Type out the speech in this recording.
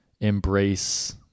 embrace